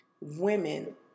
women